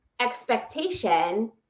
expectation